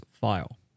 file